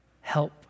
help